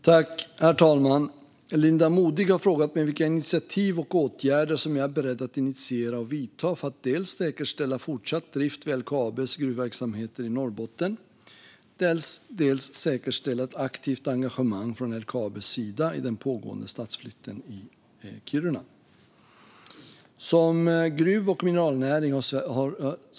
Herr talman! Linda Modig har frågat mig vilka initiativ och åtgärder som jag är beredd att initiera och vidta för att dels säkerställa fortsatt drift vid LKAB:s gruvverksamheter i Norrbotten, dels säkerställa ett aktivt engagemang från LKAB:s sida i den pågående stadsflytten i Kiruna. Herr talman!